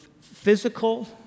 physical